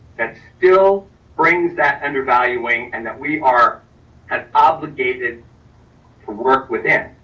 that's still brings that undervaluing and that we are and obligated to work with them.